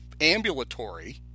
ambulatory